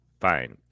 Fine